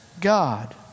God